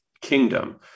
kingdom